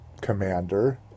commander